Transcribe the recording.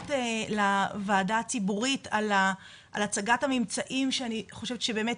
להודות לוועדה הציבורית על הצגת הממצאים שבאמת,